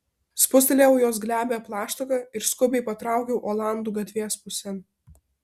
spustelėjau jos glebią plaštaką ir skubiai patraukiau olandų gatvės pusėn